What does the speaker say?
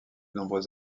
nombreux